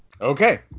Okay